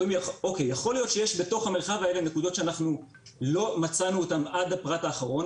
יכול להיות שיש בתוך המרחב נקודות שאנחנו לא מצאנו אותם עד הפרט האחרון,